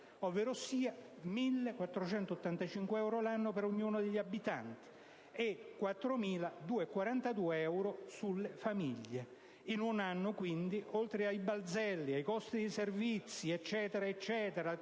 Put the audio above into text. ovverosia 1.485 euro l'anno per ognuno dei 60 milioni di abitanti, 4.242 euro sulle famiglie. In un anno quindi, oltre ai balzelli, ai costi dei servizi, al caro bolletta,